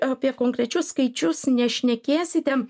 apie konkrečius skaičius nešnekėsite